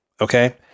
Okay